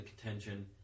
contention